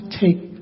take